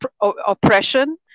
oppression